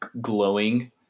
glowing